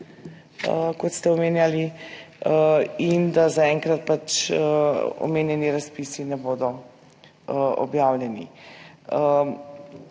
kot ste omenjali, in da zaenkrat pač omenjeni razpisi ne bodo objavljeni.